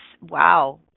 wow